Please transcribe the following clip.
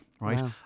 right